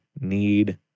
need